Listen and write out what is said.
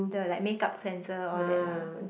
the like makeup cleanser all that lah